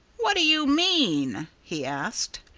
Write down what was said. what do you mean? he asked.